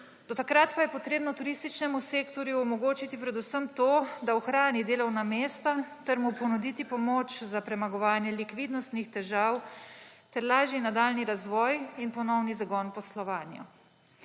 Do takrat pa je treba turističnemu sektorju omogočiti predvsem to, da ohrani delovna mesta, ter mu ponuditi pomoč za premagovanje likvidnostnih težav ter lažji nadaljnji razvoj in ponovni zagon poslovanja.